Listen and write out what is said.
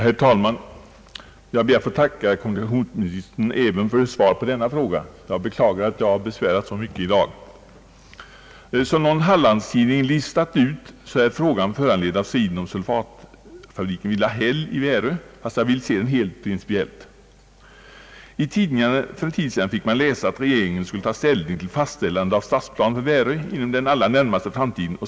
Herr talman! Jag ber att få tacka kommunikationsministern även för svaret på denna fråga — jag beklagar att jag besvärat så mycket i dag. Som någon hallandstidning listat ut, är frågan föranledd av sulfatfabriken vid Lahäll i Värö, fastän jag vill se problemet helt principiellt. I tidningarna fick man för en tid sedan läsa att regeringen skulle ta ställning beträffande statsplanen på Värö inom den allra närmaste framtiden.